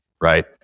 right